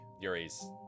Yuri's